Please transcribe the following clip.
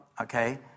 okay